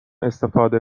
استفاده